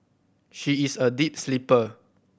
she is a deep sleeper